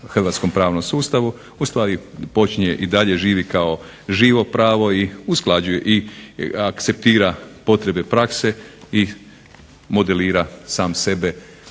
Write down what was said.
hrvatskom pravnom sustavu ustvari počinje i dalje živi kao živo pravo i usklađuje i akceptira potrebe prakse i modelira sam sebe